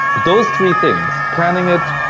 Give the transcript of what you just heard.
those three things. planning it.